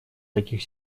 таких